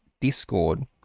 Discord